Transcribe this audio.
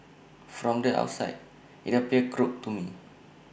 from the outside IT appeared crooked to me